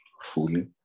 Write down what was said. fully